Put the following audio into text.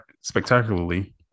spectacularly